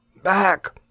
Back